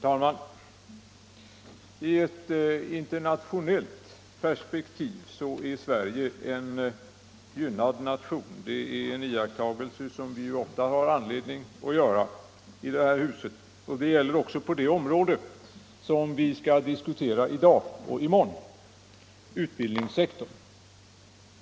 Herr talman! I ett internationellt perspektiv är Sverige en gynnad nation. Det är en iakttagelse som vi ofta har anledning att göra här i huset. Det gäller också på det område som vi skall diskutera i dag och i morgon —- utbildningssektorn.